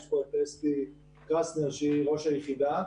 נמצאת פה אסתי קרסנר שהיא ראש היחידה.